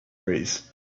raise